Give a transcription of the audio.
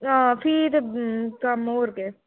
हां फ्ही ते कम्म होर गै